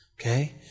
Okay